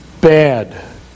bad